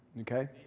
okay